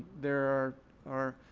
there are